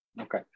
Okay